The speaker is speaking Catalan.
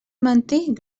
mentir